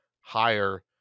higher